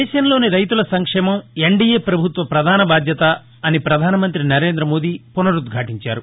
దేశంలోని రైతుల సంక్షేమం ఎన్డిఏ ప్రభుత్వ ప్రధాన బాధ్యత అని ప్రధానమంత్రి నరేంద్రమోదీ పునరుద్బాటించారు